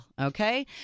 Okay